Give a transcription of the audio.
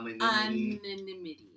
anonymity